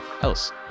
else